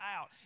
out